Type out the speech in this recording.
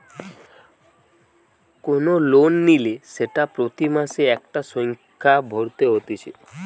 কোন লোন নিলে সেটা প্রতি মাসে একটা সংখ্যা ভরতে হতিছে